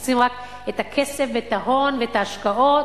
מחפשים רק את הכסף ואת ההון ואת ההשקעות?